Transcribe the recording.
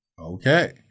okay